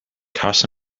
cars